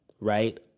right